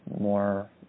more